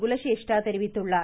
குலசேஷ்டா தெரிவித்துள்ளார்